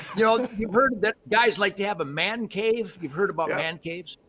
you know you've heard that guys like to have a man cave. you've heard about man caves?